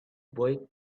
boy